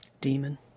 Demon